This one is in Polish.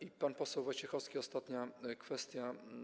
I pan poseł Wojciechowski, ostatnia kwestia.